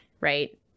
right